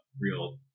real